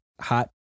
hot